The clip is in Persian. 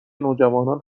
نوجوانان